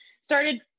started